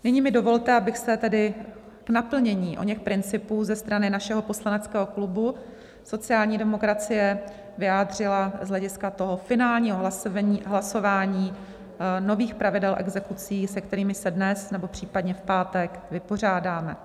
Nyní mi dovolte, abych se tedy k naplnění oněch principů ze strany našeho poslaneckého klubu sociální demokracie vyjádřila z hlediska finálního hlasování nových pravidel exekucí, se kterými se dnes nebo případně v pátek vypořádáme.